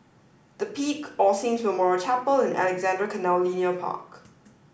the Peak All Saints Memorial Chapel and Alexandra Canal Linear Park